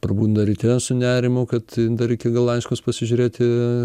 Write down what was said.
prabunda ryte su nerimu kad dar reikia gal laiškus pasižiūrėti